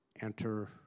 enter